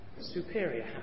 superior